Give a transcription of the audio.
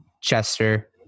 Chester